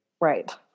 right